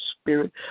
spirit